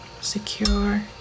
secure